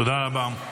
תודה רבה.